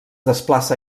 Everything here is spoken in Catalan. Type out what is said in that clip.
desplaça